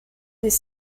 des